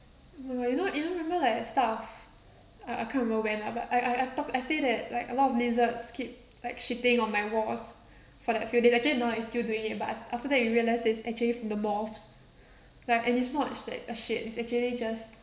and like you know you know remember like stuff I I can't remember when lah but I I I talk I say that like a lot of lizards keep like shitting on my walls for that few days actually no lah it still doing but after that you realise that it's actually from the moths like and it's not sh~ like a shit it's actually just